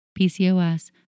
PCOS